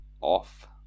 off